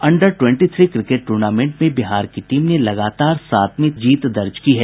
under twenty three cricket tournament में बिहार की team ने लगातार सातवीं जीत दर्ज की है